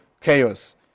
Chaos